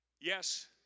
Yes